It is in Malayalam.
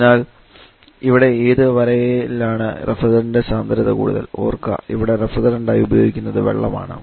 അതിനാൽ ഇവിടെ ഏതു വരയിലാണ് റെഫ്രിജറന്റ്ൻറെ സാന്ദ്രത കൂടുതൽ ഓർക്കുക ഇവിടെ റഫ്രിജറൻറ് ആയി ഉപയോഗിക്കുന്നത് വെള്ളമാണ്